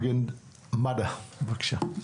מד"א, בבקשה.